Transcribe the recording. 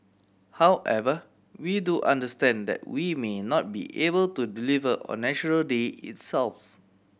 however we do understand that we may not be able to deliver on National Day itself